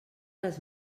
les